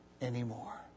anymore